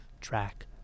track